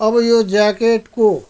अब यो ज्याकेटको